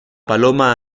paloma